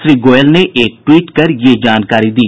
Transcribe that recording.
श्री गोयल ने एक ट्वीट कर यह जानकारी दी